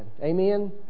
Amen